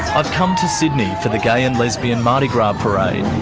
i've come to sydney for the gay and lesbian mardi gras parade.